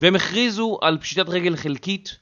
והם הכריזו על פשיטת רגל חלקית